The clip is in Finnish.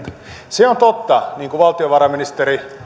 se on totta valtiovarainministeri